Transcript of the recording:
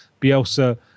Bielsa